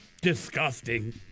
Disgusting